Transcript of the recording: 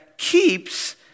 Keeps